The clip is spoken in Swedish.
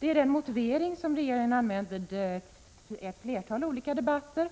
Det är den motivering som regeringen har anfört vid ett flertal olika debatter